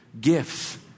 gifts